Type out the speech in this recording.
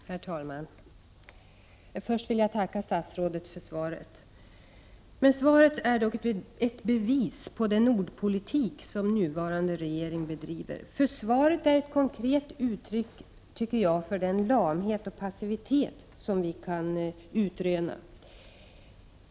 Herr talman! Först vill jag tacka statsrådet för svaret. Svaret är dock ett bevis på den ordpolitik som nuvarande regering bedriver. Svaret är ett konkret uttryck för den lamhet och passivitet som vi kan utröna.